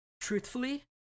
Truthfully